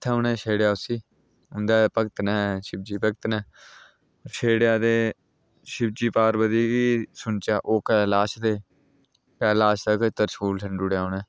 उ'त्थें उ'नें छेड़ेआ उसी उं'दे भगत ने शिवजी दे भगत ने छेड़ेआ ते शिवजी पार्वती गी सुनचेआ ओह् कैलाश ते कैलाश दा फिर तरशूल छंडू ओड़ेआ उ'नें